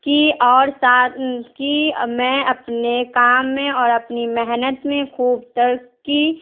کہ اور ساتھ کہ میں اپنے کام میں اور اپنی محنت میں خوب ترقی